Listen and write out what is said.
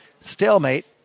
Stalemate